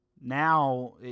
now